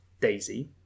Daisy